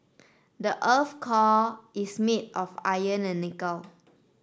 the earth's core is made of iron and nickel